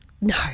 No